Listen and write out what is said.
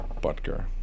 Butker